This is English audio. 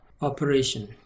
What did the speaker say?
operation